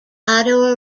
ottawa